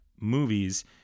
movies